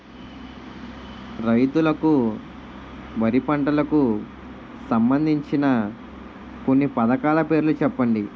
రైతులకు వారి పంటలకు సంబందించిన కొన్ని పథకాల పేర్లు చెప్పండి?